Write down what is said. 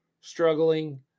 struggling